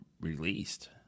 released